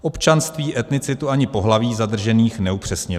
Občanství, etnicitu ani pohlaví zadržených neupřesnili.